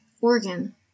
organ